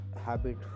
habit